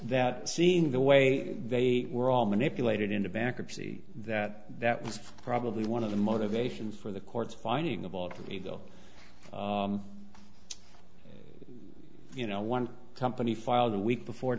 that seeing the way they were all manipulated into bankruptcy that that was probably one of the motivations for the courts finding a bald eagle you know one company filed a week before